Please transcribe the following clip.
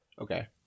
okay